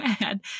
mad